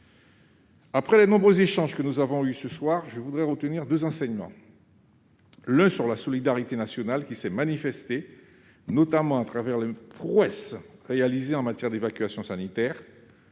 Après les nombreux échanges que nous avons eus ce soir, je voudrais retenir deux enseignements : l'un sur la solidarité nationale, qui s'est notamment manifestée à travers les prouesses qui ont été réalisées en matière d'évacuation sanitaire